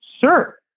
Sir